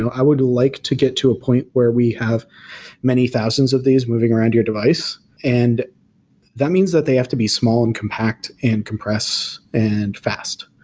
i would like to get to a point where we have many thousands of these moving around your device and that means that they have to be small and compact and compressed and fast.